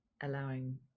allowing